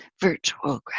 virtual